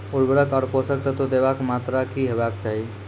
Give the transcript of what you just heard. उर्वरक आर पोसक तत्व देवाक मात्राकी हेवाक चाही?